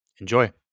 Enjoy